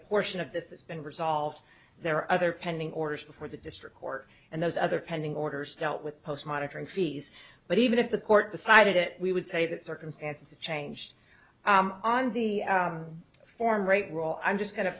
portion of this it's been resolved there are other pending orders before the district court and those other pending orders dealt with post monitoring fees but even if the court decided it we would say that circumstances changed on the form rate roll i'm just